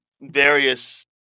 various